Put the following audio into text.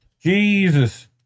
Jesus